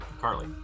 Carly